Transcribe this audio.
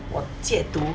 我戒毒